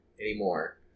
anymore